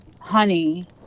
honey